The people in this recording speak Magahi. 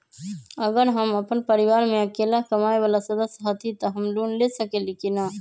अगर हम अपन परिवार में अकेला कमाये वाला सदस्य हती त हम लोन ले सकेली की न?